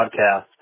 podcast